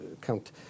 count